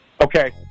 Okay